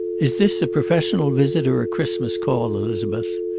is this a professional visit, or a christmas call, elizabeth?